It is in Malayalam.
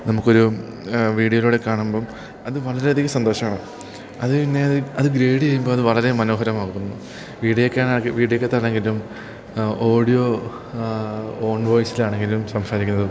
നമുക്കൊരു വീഡിയോയിലൂടെ കാണുമ്പം അതു വളരെയധികം സന്തോഷമാണ് അത് പിന്നെയത് അത് ഗ്രേഡ് ചെയ്യുമ്പോൾ അതു വളരെ മനോഹരമാകുന്നു വീഡിയോക്കാ വീഡിയോക്കകത്താണെങ്കിലും ഓഡിയോ ഓൺ വോയിസിലാണെങ്കിലും സംസാരിക്കുന്നതും